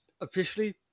officially